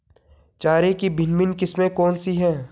चारे की भिन्न भिन्न किस्में कौन सी हैं?